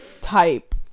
type